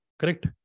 Correct